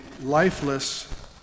lifeless